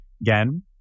again